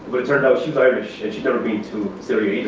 but it turned out she was irish. and she'd never been to syria either,